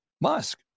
Musk